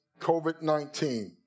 COVID-19